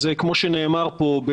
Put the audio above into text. אז כמו שנאמר פה,